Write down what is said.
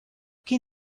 can